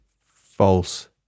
False